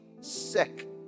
sick